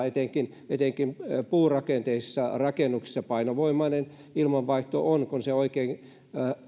etenkin etenkin puurakenteisissa rakennuksissa painovoimainen ilmanvaihto on kun se oikein